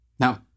Now